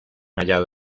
hallado